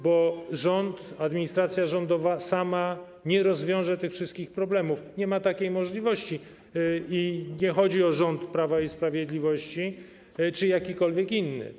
Bo rząd, administracja rządowa, sam nie rozwiąże tych wszystkich problemów, nie ma takiej możliwości, i nie chodzi o rząd Prawa i Sprawiedliwości czy jakikolwiek inny.